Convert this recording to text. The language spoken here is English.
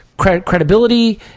Credibility